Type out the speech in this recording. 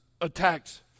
attacks